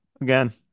again